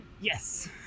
Yes